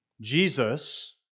Jesus